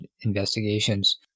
investigations